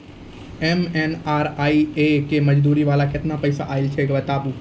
MNREGA के मज़दूरी वाला केतना पैसा आयल छै बताबू?